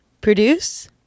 Produce